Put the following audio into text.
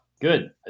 Good